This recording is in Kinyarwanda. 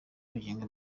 bugingo